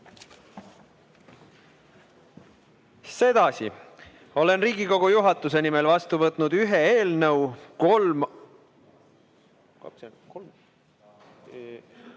Sedasi, olen Riigikogu juhatuse nimel vastu võtnud ühe eelnõu, kolm